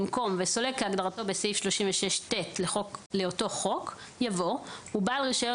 במקום "וסולק כהגדרתו בסעיף 36ט לאותו חוק" יבוא "ובעל רישיון